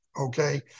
okay